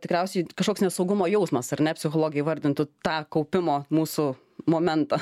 tikriausiai kažkoks nesaugumo jausmas ar ne psichologai įvardintų tą kaupimo mūsų momentą